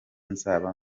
nzaba